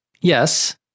Yes